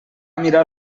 mirar